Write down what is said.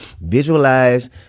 Visualize